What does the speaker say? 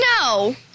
no